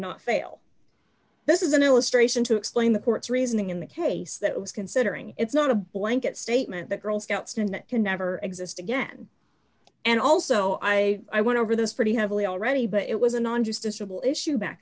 not fail this is an illustration to explain the court's reasoning in the case that was considering it's not a blanket statement that girl scouts and that can never exist again and also i want to over this pretty heavily already but it was a